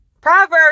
Proverbs